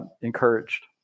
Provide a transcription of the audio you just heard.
encouraged